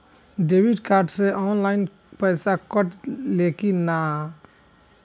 Debit card से online पैसा कटा ले कि ना?